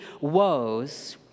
woes